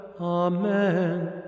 Amen